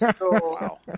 wow